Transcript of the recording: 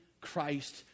Christ